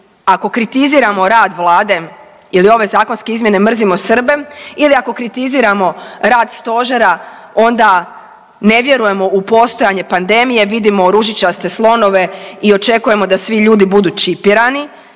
ako kritiziramo rad Vlade ili ove zakonske izmjene mrzimo Srbe ili ako kritiziramo rad stožera, onda ne vjerujemo u postojanje pandemije, vidimo ružičaste slonove i očekujemo da svi ljudi budu čipirani,